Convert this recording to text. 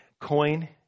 coin